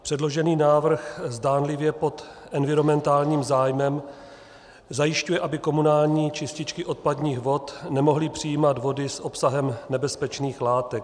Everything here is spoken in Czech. Předložený návrh zdánlivě pod environmentálním zájmem zajišťuje, aby komunální čističky odpadních vod nemohly přijímat vody s obsahem nebezpečných látek.